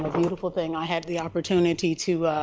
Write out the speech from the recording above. beautiful thing. i had the opportunity to